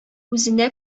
үзенә